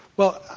well,